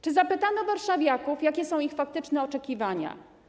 Czy zapytano warszawiaków, jakie są ich faktyczne oczekiwania?